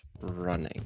running